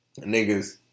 niggas